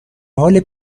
حال